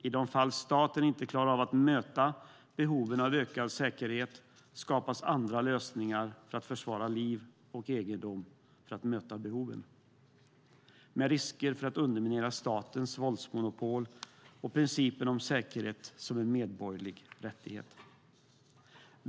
I de fall staten inte klarar av att möta behoven av ökad säkerhet skapas andra lösningar för att försvara liv och egendom för att möta behoven, med risker att underminera staters våldsmonopol samt principen om säkerhet som en medborgerlig rättighet.